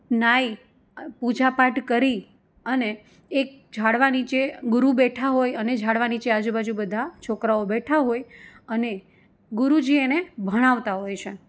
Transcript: નાહી પૂજા પાઠ કરી અને એક ઝાડવા નીચે ગુરુ બેઠા હોય અને ઝાડવા નીચે આજુબાજુ બધા છોકરાઓ બેઠા હોય અને ગુરુજી એને ભણાવતા હોય છે